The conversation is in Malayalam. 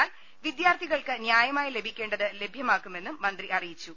എന്നാൽ വിദ്യാർത്ഥികൾക്ക് ന്യായമായി ലഭിക്കേണ്ടത് ലഭ്യമാക്കു മെന്നും മന്ത്രി അറിയിച്ചു